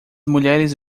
mulheres